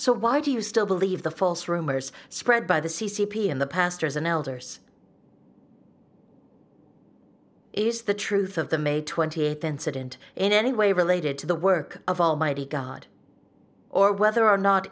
so why do you still believe the false rumors spread by the c c p in the pastors and elders is the truth of the may twenty eighth incident in any way related to the work of almighty god or whether or not